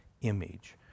image